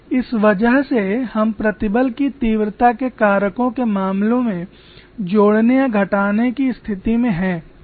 इस वजह से हम प्रतिबल की तीव्रता के कारकों के मामले में जोड़ने या घटाने की स्थिति में हैं